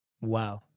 Wow